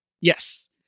Yes